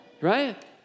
right